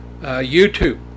YouTube